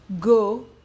go